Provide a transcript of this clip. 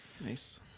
nice